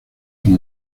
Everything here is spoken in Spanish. son